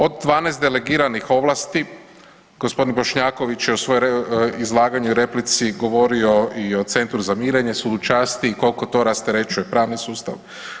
Od 12 delegiranih ovlasti, gospodin Bošnjaković je u svojoj izlaganju i replici govorio i o centru za mirenje, sudu časti i koliko to rasterećuje pravni sustav.